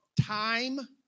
time